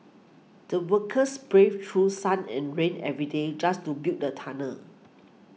the workers braved through sun and rain every day just to build the tunnel